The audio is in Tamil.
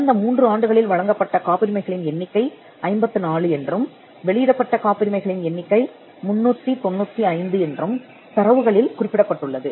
கடந்த மூன்று ஆண்டுகளில் வழங்கப்பட்ட காப்புரிமைகளின் எண்ணிக்கை 54 என்றும் வெளியிடப்பட்ட காப்புரிமைகளின் எண்ணிக்கை 395 என்றும் தரவுகளில் குறிப்பிடப்பட்டுள்ளது